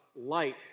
light